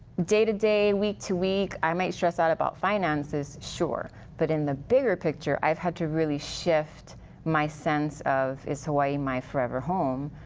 day-to-day, week to week, i might stress out about finances, sure. but in the bigger picture, i've had really shift my sense of is hawai'i my forever home?